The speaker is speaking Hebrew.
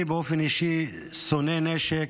אני באופן אישי שונא נשק,